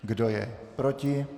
Kdo je proti?